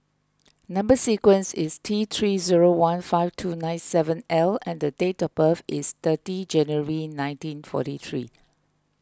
Number Sequence is T three zero one five two nine seven L and the date of birth is thirty January nineteen forty three